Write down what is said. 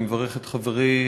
אני מברך את חברי,